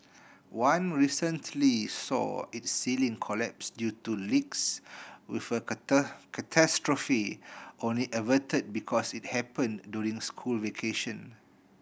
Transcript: one recently saw its ceiling collapse due to leaks with a catastrophe only averted because it happened during school vacation